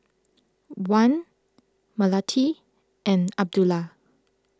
Wan Melati and Abdullah